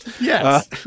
Yes